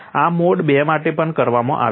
આ mode II માટે પણ કરવામાં આવે છે